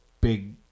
big